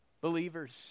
Believers